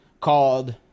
called